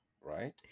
right